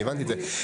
כן.